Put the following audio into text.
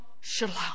shalom